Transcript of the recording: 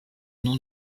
nom